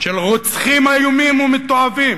של רוצחים איומים ומתועבים,